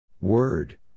Word